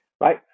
right